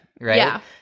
right